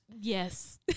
Yes